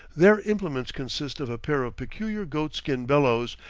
their implements consist of a pair of peculiar goat-skin bellows,